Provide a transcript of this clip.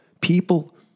People